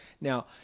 Now